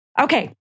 okay